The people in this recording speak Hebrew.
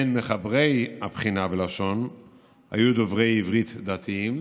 בין מחברי הבחינה בלשון היו דוברי עברית דתיים